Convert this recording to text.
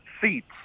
seats